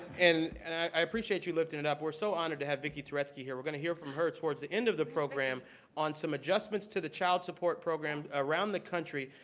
and and i appreciate you lifting it up. we're so honored to have vicki turetsky here. we're going to hear from her toward the end of the program on some adjustments to the child support program around the country.